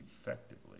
effectively